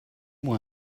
moi